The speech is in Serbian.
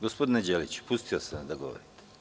Gospodine Đeliću, pustio sam vas da govorite.